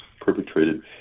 perpetrated